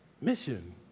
mission